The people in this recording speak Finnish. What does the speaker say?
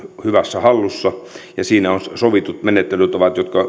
hyvässä hallussa ja siinä on sovitut menettelytavat jotka